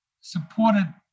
supported